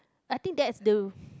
I think that is though